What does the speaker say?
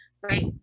right